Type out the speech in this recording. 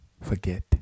forget